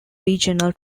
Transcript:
regional